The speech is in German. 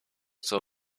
zur